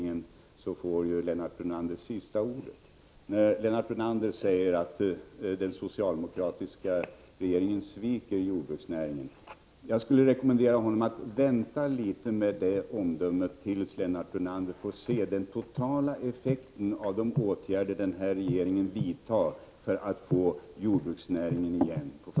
Jag vill för min del avsluta diskussionen med att rekommendera Lennart Brunander, eftersom han säger att den socialdemokratiska regeringen sviker jordbruksnäringen, att vänta litet med omdömet till dess Lennart Brunander får se den totala effekten av de åtgärder som den här regeringen vidtar för att få jordbruksnäringen på fötter igen.